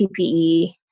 PPE